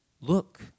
look